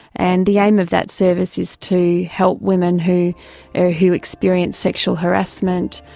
and the aim of that service is to help women who ah who experience sexual harassment,